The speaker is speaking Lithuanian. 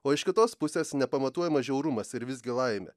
o iš kitos pusės nepamatuojamas žiaurumas ir visgi laimė